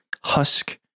husk